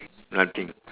nothing